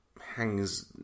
Hangs